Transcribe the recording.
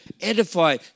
edify